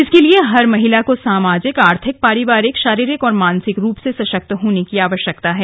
इसके लिए हर महिला को सामाजिक आर्थिक पारिवारिक शारीरिक और मानसिक रूप से सशक्त होने की आवश्यकता है